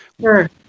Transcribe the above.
Sure